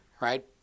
right